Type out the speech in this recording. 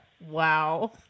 Wow